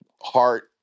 heart